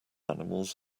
animals